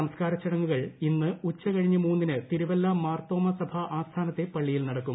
സംസ്ക്കാര ചടങ്ങുകൾ ഇന്ന് ഉച്ചകഴിഞ്ഞ് മൂന്നിന് തിരുവല്ല മാർത്തോമ്മാ സഭ ആസ്ഥാനത്തെ പള്ളിയിൽ നടക്കും